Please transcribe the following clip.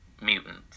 mutants